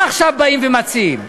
מה עכשיו באים ומציעים?